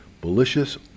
malicious